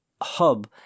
hub